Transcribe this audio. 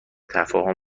تفاهم